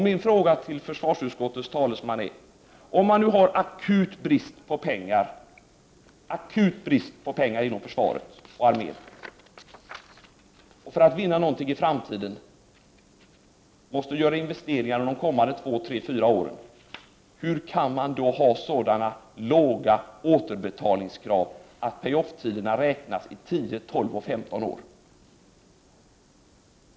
Min fråga till försvarsutskottets talesman är: Om man nu har akut brist på pengar inom försvaret och armén och för att vinna någonting i framtiden måste göra investeringar under de kommande 2-4 åren, hur kan man då ha sådana låga återbetalningskrav att man räknar med pay-off-tider på 10, 12 och 15 år?